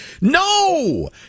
No